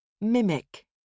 Mimic